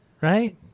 Right